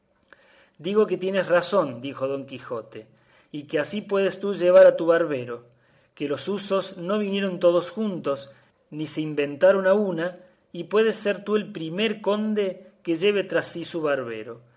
digo que tienes razón dijo don quijote y que así puedes tú llevar a tu barbero que los usos no vinieron todos juntos ni se inventaron a una y puedes ser tú el primero conde que lleve tras sí su barbero